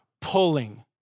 pulling